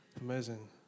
Amazing